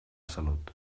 salut